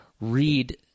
read